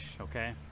okay